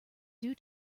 due